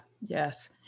yes